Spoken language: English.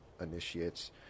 initiates